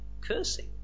cursing